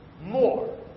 more